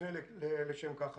המופנה לשם כך.